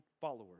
followers